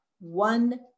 One